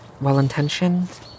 well-intentioned